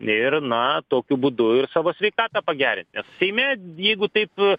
ir na tokiu būdu ir savo sveikatą pagerint seime jeigu taip